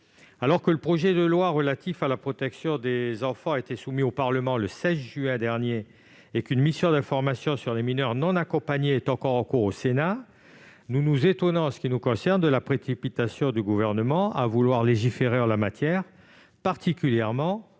alors que le projet de loi relatif à la protection des enfants a été soumis au Parlement le 16 juin dernier et qu'un rapport de contrôle sur les mineurs non accompagnés est en cours d'élaboration au Sénat, nous nous étonnons de la précipitation du Gouvernement à vouloir légiférer en la matière, particulièrement au sein